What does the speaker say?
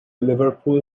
liverpool